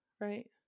right